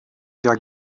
der